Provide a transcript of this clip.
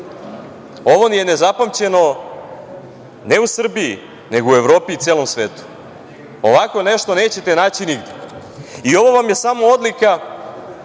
nije zapamćeno, ne u Srbiji, nego u Evropi i celom svetu. Ovako nešto nećete naći nigde i ovo vam je samo odlika